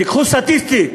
תיקחו סטטיסטית,